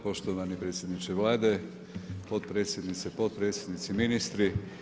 Poštovani predsjedniče Vlade, potpredsjednice, potpredsjednici, ministri.